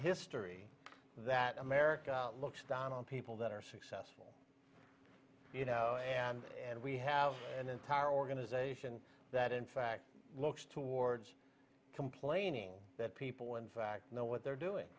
history that america looks down on people that are successful you know and we have an entire organization that in fact looks towards complaining that people in fact know what they're doing